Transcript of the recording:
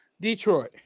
Detroit